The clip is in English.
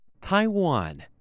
Taiwan